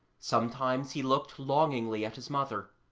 sometimes he looked longingly at his mother,